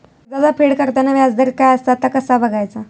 कर्जाचा फेड करताना याजदर काय असा ता कसा बगायचा?